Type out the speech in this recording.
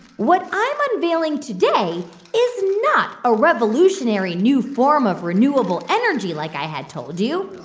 what i'm unveiling today is not a revolutionary, new form of renewable energy like i had told you.